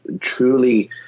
truly